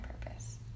purpose